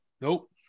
Nope